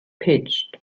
pitched